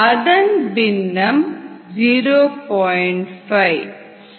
அதன் பின்னம் 0